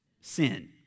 sin